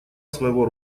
своего